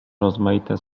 rozmaite